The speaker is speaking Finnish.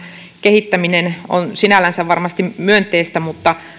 kehittäminen on sinällänsä varmasti myönteistä mutta